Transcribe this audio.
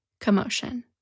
commotion